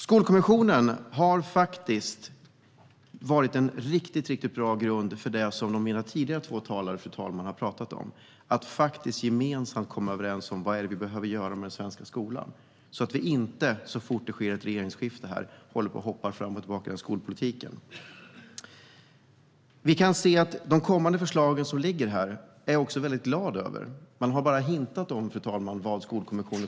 Skolkommissionen har varit en riktigt bra grund för det som de tidigare två talarna har talat om, fru talman: att gemensamt komma överens om vad det är vi behöver göra med den svenska skolan så att vi inte så fort det sker ett regeringsskifte håller på och hoppar fram och tillbaka inom skolpolitiken. Jag är glad över de kommande förslagen. Skolkommissionen har bara gett en hint om vad som ska läggas ut.